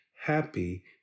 happy